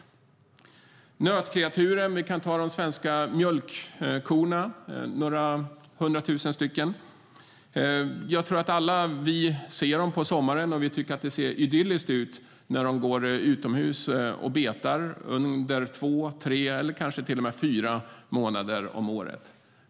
Vad gäller nötkreaturen kan vi ta de svenska mjölkkorna, som är några hundra tusen. Jag tror att vi alla ser dem på sommaren, och vi tycker att det ser idylliskt ut när de går utomhus och betar under två, tre eller kanske till och med fyra månader om året.